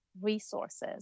resources